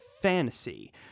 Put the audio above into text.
fantasy